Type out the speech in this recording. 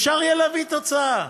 אפשר יהיה להביא תוצאה.